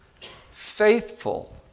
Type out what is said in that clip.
faithful